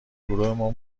گروهمان